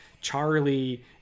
Charlie